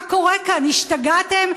מה קורה כאן, השתגעתם?